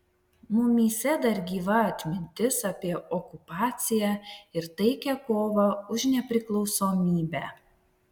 mumyse dar gyva atmintis apie okupaciją ir taikią kovą už nepriklausomybę